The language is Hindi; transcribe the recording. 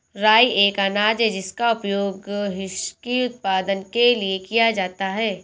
राई एक अनाज है जिसका उपयोग व्हिस्की उत्पादन के लिए किया जाता है